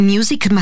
Music